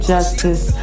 Justice